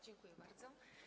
Dziękuję bardzo.